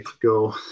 go